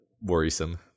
worrisome